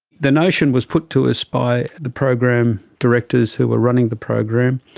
the notion was put to us by the program directors who were running the program,